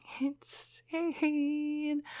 insane